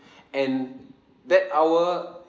and that hour